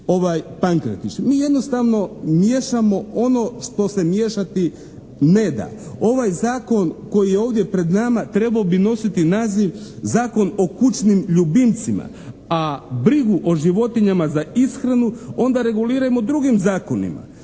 Mi jednostavno miješamo ono što se miješati ne da. Ovaj zakon koji je ovdje pred nama trebao bi nositi naziv Zakon o kućnim ljubimcima, a brigu o životinjama za ishranu onda regulirajmo drugim zakonima